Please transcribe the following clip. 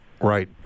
Right